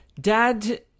Dad